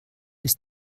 ist